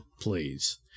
Please